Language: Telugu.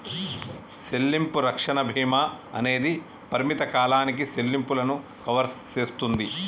సెల్లింపు రక్షణ భీమా అనేది పరిమిత కాలానికి సెల్లింపులను కవర్ సేస్తుంది